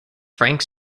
frank